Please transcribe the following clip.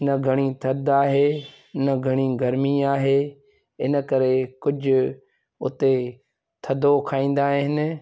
न घणी थधि आहे न घणी गर्मी आहे इन करे कुझु उते थधो खाईंदा आहिनि